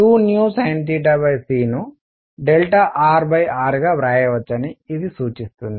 2sincను rr గా వ్రాయవచ్చని ఇది సూచిస్తుంది